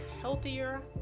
healthier